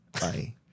Bye